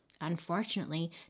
Unfortunately